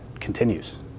continues